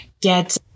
get